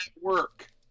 work